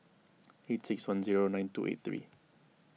eight six one zero nine two eight three